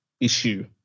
issue